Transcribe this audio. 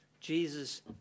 Jesus